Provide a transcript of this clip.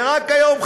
ורק היום,